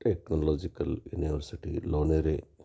technological university Lonere